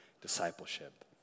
discipleship